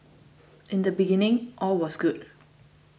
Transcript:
in the beginning all was good